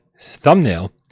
thumbnail